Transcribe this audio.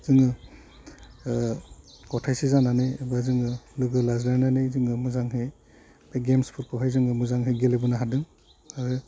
जोङो गथायसे जानानै बा जोङो लोगो लाज्लायनानै जोङो मोजाङै बे गेमसफोरखौहाय जों मोजाङै गेलेबोनो हादों